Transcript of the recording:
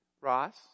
Ross